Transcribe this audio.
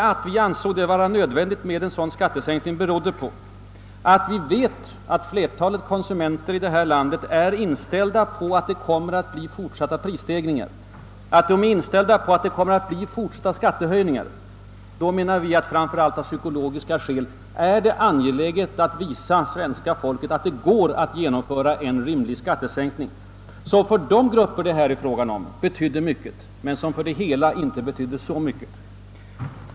Att vi föreslog skattesänkningarna berodde på att vi visste att flertalet konsumenter i vårt land är inställda på att det kommer att bli fortsatta prisstegringar och skattehöjningar. Vi anser att det då, framför allt av psykologiska skäl, var angeläget att visa svenska folket att det går att genomföra en rimlig skattesänkning, som för de grupper den berör har stor betydelse men som för det allmänna är av mindre betydelse.